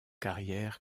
carrière